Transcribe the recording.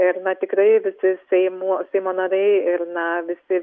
ir na tikrai visi seimo seimo nariai ir na visi